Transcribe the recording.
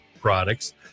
products